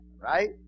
Right